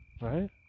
right